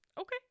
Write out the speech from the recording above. Okay